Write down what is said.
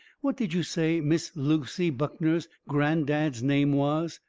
what did you say miss lucy buckner's gran-dad's name was?